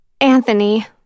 Anthony